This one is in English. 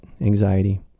anxiety